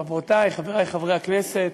חברותי, חברי חברי הכנסת,